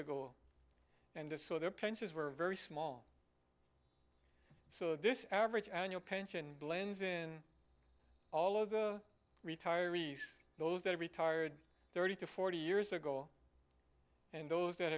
ago and this so their pensions were very small so this average annual pension blends in all of the retirees those that are retired thirty to forty years ago and those that